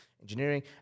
Engineering